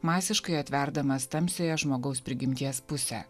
masiškai atverdamas tamsiąją žmogaus prigimties pusę